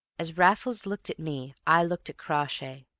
as raffles looked at me, i looked at crawshay,